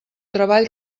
treball